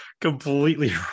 completely